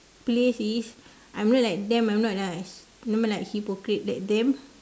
place is I'm not like them I'm not a not like hypocrite like them